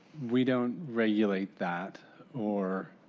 we don't regulate that or